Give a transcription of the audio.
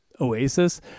Oasis